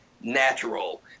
natural